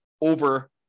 over